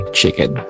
chicken